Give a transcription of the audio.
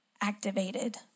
activated